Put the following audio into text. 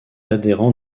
adhérent